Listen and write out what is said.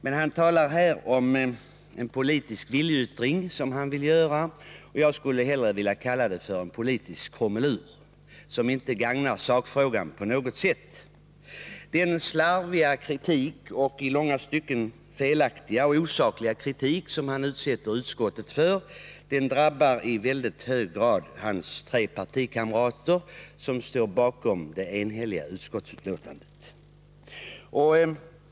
Han säger att han vill göra en politisk viljeyttring. Jag skulle hellre vilja kalla det för en politisk krumelur som inte på något sätt gagnar sakfrågan. Den slarviga och i långa stycken felaktiga och osakliga kritik som han utsätter utskottet för drabbar i hög grad hans tre partikamrater, som står bakom det enhälliga utskottsbetänkandet.